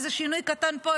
איזה שינוי קטן פה,